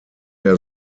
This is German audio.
der